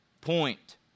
point